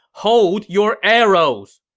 hold your arrows!